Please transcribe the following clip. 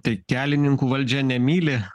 tai kelininkų valdžia nemyli